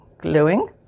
gluing